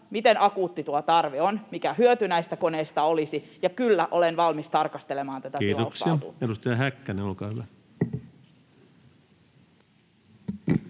miten akuutti tuo tarve on, mikä hyöty näistä koneista olisi — ja kyllä, olen valmis tarkastelemaan tätä tilausvaltuutta. Kiitoksia. — Edustaja Häkkänen, olkaa hyvä.